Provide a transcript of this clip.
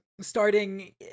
starting